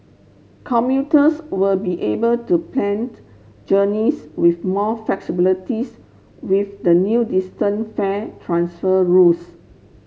commuters will be able to plant journeys with more flexibilities with the new distant fare transfer rules